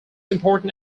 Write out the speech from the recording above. important